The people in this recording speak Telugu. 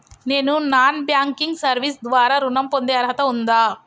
నేను నాన్ బ్యాంకింగ్ సర్వీస్ ద్వారా ఋణం పొందే అర్హత ఉందా?